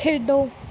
ਖੇਡੋ